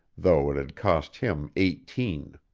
though it had cost him eighteen.